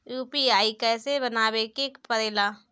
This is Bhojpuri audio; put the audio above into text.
यू.पी.आई कइसे बनावे के परेला?